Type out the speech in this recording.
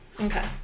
Okay